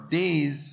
days